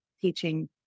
teaching